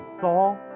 saw